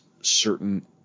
certain